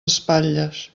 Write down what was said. espatlles